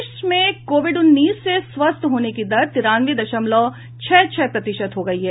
देश में कोविड उन्नीस से स्वस्थ होने की दर तिरानवे दशमलव छह छह प्रतिशत हो गई है